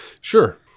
Sure